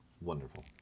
Wonderful